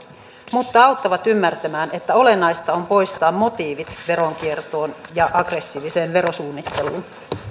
mutta auttavat ymmärtämään että olennaista on poistaa motiivit veronkiertoon ja aggressiiviseen verosuunnitteluun